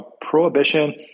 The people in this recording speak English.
prohibition